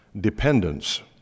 Dependence